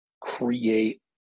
create